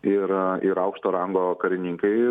ir ir aukšto rango karininkai